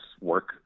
work